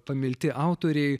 pamilti autoriai